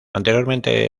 anteriormente